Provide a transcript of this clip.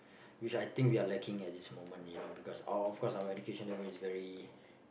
which I think we are lacking at this moment you know because our our of course our education level is very